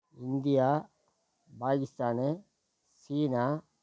India Pakistan China